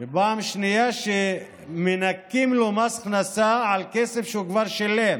ופעם שנייה מנכים לו מס הכנסה על כסף שהוא כבר שילם.